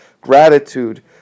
gratitude